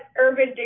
urban